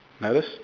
notice